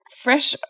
fresh